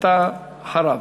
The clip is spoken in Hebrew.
אתה אחריו.